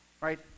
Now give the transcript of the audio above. right